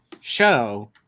show